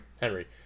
henry